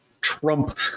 Trump